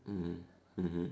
mmhmm mmhmm